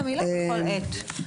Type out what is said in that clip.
את המילה "בכל עת".